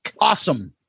awesome